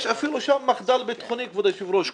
יש שם מחדל ביטחוני כבוד היושב ראש.